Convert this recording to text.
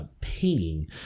Painting